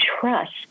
trust